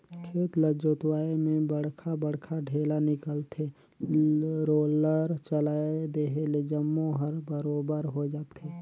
खेत ल जोतवाए में बड़खा बड़खा ढ़ेला निकलथे, रोलर चलाए देहे ले जम्मो हर बरोबर होय जाथे